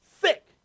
sick